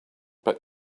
but